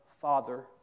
Father